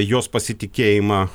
jos pasitikėjimą